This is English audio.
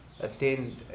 attend